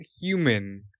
human